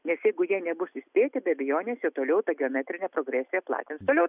nes jeigu jie nebus įspėti be abejonės jie toliau ta geometrine progresija platins toliau